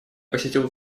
посетил